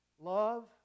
Love